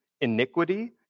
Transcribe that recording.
iniquity